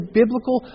biblical